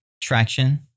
Traction